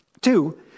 Two